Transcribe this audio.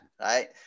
right